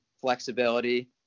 flexibility